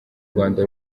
rwanda